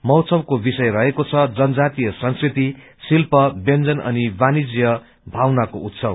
महोत्सवको विषय रहेको छ जनजातीय संस्कृति शिल्प व्यंजन अनि वाणिज्य भावनाको उत्सव